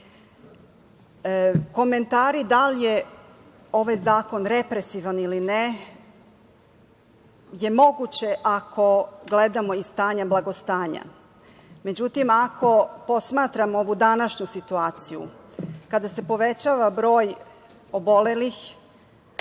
situacije. Komentari da li je ovaj zakon represivan ili ne su mogući ako gledamo iz stanja blagostanja, međutim ako posmatramo ovu današnju situaciju kada se povećava broj obolelih,